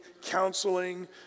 counseling